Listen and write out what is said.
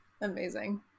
amazing